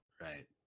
Right